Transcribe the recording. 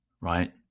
right